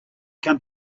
come